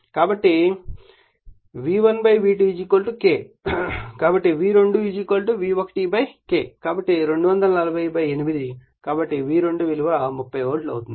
కాబట్టి అంటే V1 V2 K కాబట్టిV2 V1 K కాబట్టి 2408 కాబట్టి V2 విలువ 30 వోల్ట్ అవుతుంది